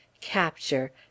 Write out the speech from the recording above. capture